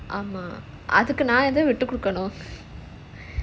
ஆமா அதுக்கு நான் எதுக்கு விட்டு கொடுக்கணும்:aamaa adhuku naan edhuku vitu kodukanum